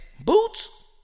Boots